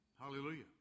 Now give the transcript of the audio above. Hallelujah